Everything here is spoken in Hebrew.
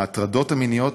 ההטרדות המיניות,